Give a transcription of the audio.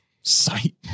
Sight